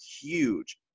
huge